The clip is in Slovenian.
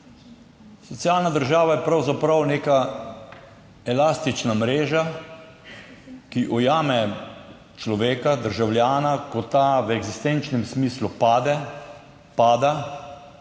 Socialna država je pravzaprav neka elastična mreža, ki ujame človeka, državljana, ko ta v eksistenčnem smislu pade,